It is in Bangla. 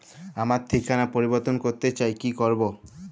আমার ঠিকানা পরিবর্তন করতে চাই কী করব?